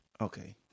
Okay